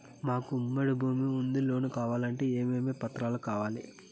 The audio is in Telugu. మాకు ఉమ్మడి భూమి ఉంది లోను కావాలంటే ఏమేమి పత్రాలు కావాలి?